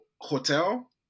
hotel